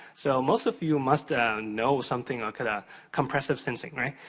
so, most of you must know something, or kinda, compressive sensing, right?